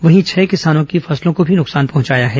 वहीं छह ँकिसानों की फसलों को भी नुकसान पहुंचाया है